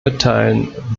mitteilen